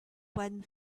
one